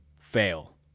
fail